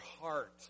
heart